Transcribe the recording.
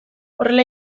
horrela